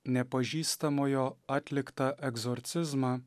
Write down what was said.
nepažįstamojo atliktą egzorcizmą